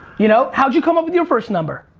you know? how'd you come up with your first number?